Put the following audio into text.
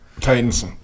Titans